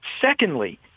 Secondly